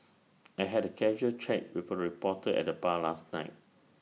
I had A casual chat with A reporter at the bar last night